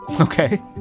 Okay